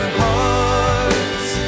hearts